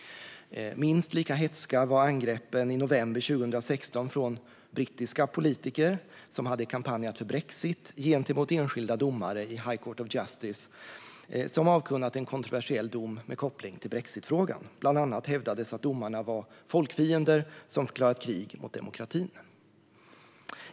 Minst lika hätska var angreppen i november 2016 från brittiska politiker, som hade kampanjat för brexit, gentemot enskilda domare i High Court of Justice som avkunnat en kontroversiell dom med koppling till brexitfrågan. Bland annat hävdades att domarna var folkfiender som hade förklarat krig mot demokratin.